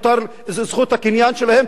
זה זכות הקניין שלהם.